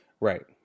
Right